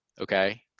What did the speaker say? okay